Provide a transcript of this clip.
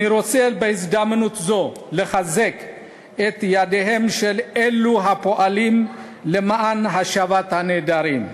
אני רוצה בהזדמנות זו לחזק את ידיהם של אלו הפועלים למען השבת הנעדרים.